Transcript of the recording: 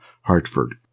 Hartford